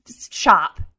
shop